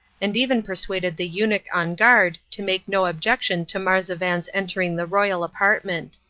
and even persuaded the eunuch on guard to make no objection to marzavan's entering the royal apartment.